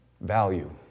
Value